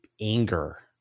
anger